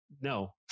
no